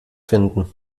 finden